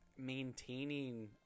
maintaining